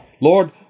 Lord